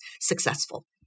successful